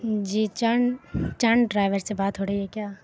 جی Chand Chand driver سے بات ہو رہی ہے کیا